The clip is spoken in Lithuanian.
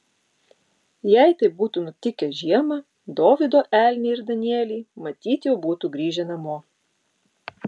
jei tai būtų nutikę žiemą dovydo elniai ir danieliai matyt jau būtų grįžę namo